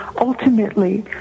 Ultimately